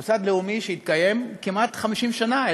זה מוסד לאומי שהתקיים כמעט 50 שנה.